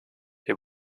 wir